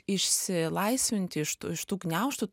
iš išsilaisvinti iš tų iš tų gniaužtų